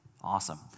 Awesome